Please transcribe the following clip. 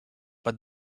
but